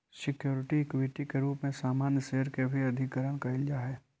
security equity के रूप में सामान्य शेयर के भी अधिग्रहण कईल जा हई